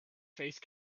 faced